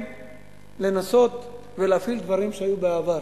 שחייבים לנסות ולהפעיל דברים שהיו בעבר.